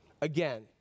Again